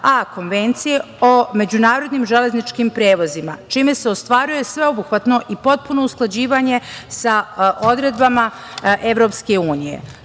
A Konvencije o međunarodnim železničkim prevozima, čime se ostvaruje sveobuhvatno i potpuno usklađivanje sa odredbama Evropske